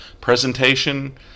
presentation